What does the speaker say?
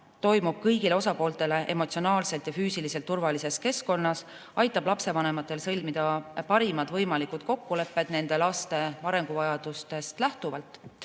osutama] kõigile osapooltele emotsionaalselt ja füüsiliselt turvalises keskkonnas, see aitab lapsevanematel sõlmida parimad võimalikud kokkulepped nende laste arenguvajadustest lähtuvalt.